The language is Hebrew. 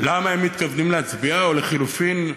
למה הם מתכוונים להצביע, או לחלופין,